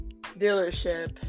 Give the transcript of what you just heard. dealership